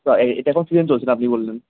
তা এটা তো সিজন চলছে তা আপনি বললেন